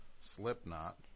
slipknot